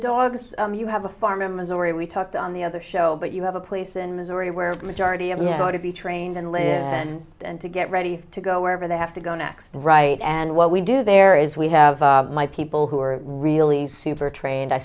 dogs you have a farm in missouri we talked on the other show but you have a place in missouri where the majority of men go to be trained and live and to get ready to go wherever they have to go next right and what we do there is we have my people who are really super trained i